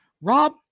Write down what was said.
Rob